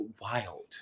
wild